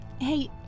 Hey